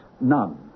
None